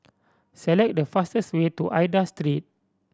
select the fastest way to Aida Street